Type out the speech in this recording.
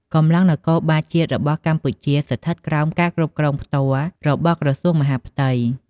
កម្លាំងនគរបាលជាតិរបស់កម្ពុជាស្ថិតនៅក្រោមការគ្រប់គ្រងផ្ទាល់របស់ក្រសួងមហាផ្ទៃ។